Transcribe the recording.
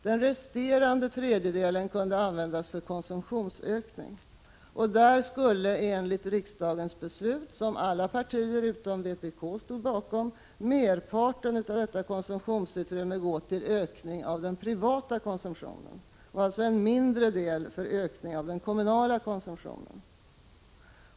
Den resterande tredjedelen kunde användas för konsumtionsökning, och enligt riksdagens beslut — som alla partier utom vpk stod bakom — skulle merparten därav gå till ökning av den privata konsumtionen och alltså en mindre del till ökning av den kommunala konsumtionen.